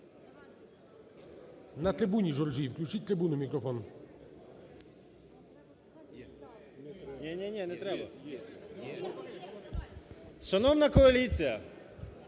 На трибуні Журжій, включіть трибуну мікрофон.